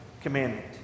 commandment